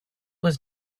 was